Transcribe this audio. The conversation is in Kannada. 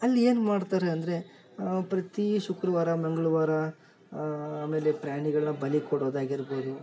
ಅಲ್ಲಿ ಏನು ಮಾಡ್ತಾರೆ ಅಂದರೆ ಪ್ರತೀ ಶುಕ್ರವಾರ ಮಂಗಳವಾರ ಆಮೇಲೆ ಪ್ರಾಣಿಗಳ್ನ ಬಲಿ ಕೊಡೋದಾಗಿರ್ಬೌದು